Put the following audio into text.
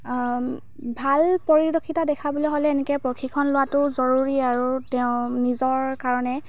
ভাল পৰিদক্ষিতা দেখাবলৈ হ'লে এনেকৈ প্ৰশিক্ষণ লোৱাটো জৰুৰী আৰু তেওঁৰ নিজৰ কাৰণে